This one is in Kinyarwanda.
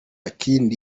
kindi